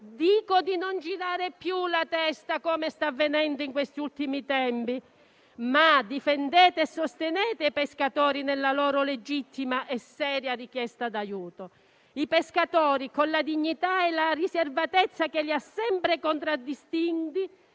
dico di non girare più la testa come sta avvenendo in questi ultimi tempi: difendete e sostenete i pescatori nella loro legittima e seria richiesta d'aiuto. I pescatori, con la dignità e la riservatezza che li ha sempre contraddistinti,